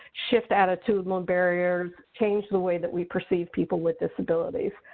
shift attitudinal barriers, change the way that we perceive people with disabilities.